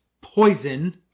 poison